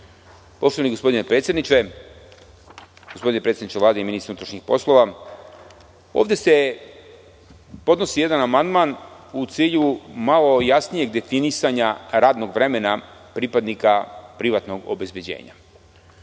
Poštovani gospodine predsedniče, gospodine predsedniče Vlade i ministre unutrašnjih poslova, ovde se podnosi jedan amandman u cilju malo jasnijeg definisanja radnog vremena pripadnika privatnog obezbeđenja